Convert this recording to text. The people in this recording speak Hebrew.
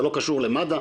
זה לא קשור למד”א,